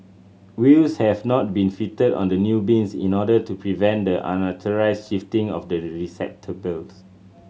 wheels have not been fitted on the new bins in order to prevent the unauthorised shifting of the receptacles